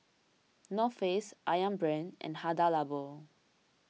North Face Ayam Brand and Hada Labo